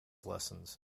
lessons